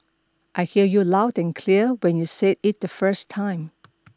I heard you loud and clear when you said it the first time